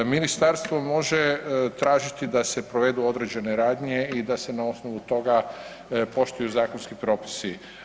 Ministarstvo može tražiti da se provedu određene radnje i da se na osnovu toga poštuju zakonski propisi.